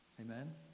Amen